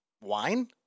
wine